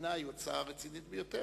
למדינה היא הוצאה רצינית ביותר.